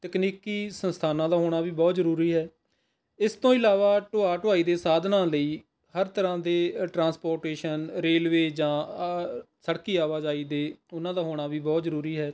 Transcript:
ਤਕਨੀਕੀ ਸੰਸਥਾਨਾਂ ਦਾ ਹੋਣਾ ਵੀ ਬਹੁਤ ਜ਼ਰੂਰੀ ਹੈ ਇਸ ਤੋਂ ਇਲਾਵਾ ਢੋਆ ਢੁਆਈ ਦੇ ਸਾਧਨਾਂ ਲਈ ਹਰ ਤਰ੍ਹਾਂ ਦੇ ਟਰਾਂਸਪੋਰਟੇਸ਼ਨ ਰੇਲਵੇ ਜਾਂ ਅ ਸੜਕੀ ਆਵਾਜਾਈ ਦੇ ਉਹਨਾਂ ਦਾ ਹੋਣਾ ਵੀ ਬਹੁਤ ਜ਼ਰੂਰੀ ਹੈ